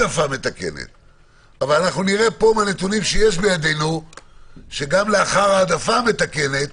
אבל אנחנו נראה מהנתונים שיש בידינו שגם ההעדפה המתקנת